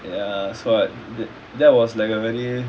ya so th~ that was like a very